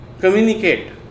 communicate